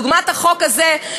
בדוגמת החוק הזה,